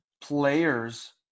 players